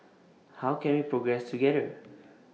how can we progress together